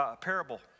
parable